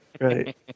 right